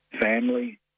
family